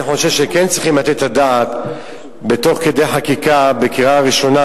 אני חושב שכן היה צריך לתת את הדעת תוך כדי חקיקה בקריאה ראשונה,